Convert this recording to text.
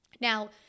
Now